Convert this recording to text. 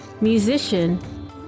musician